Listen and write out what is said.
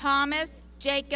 thomas jake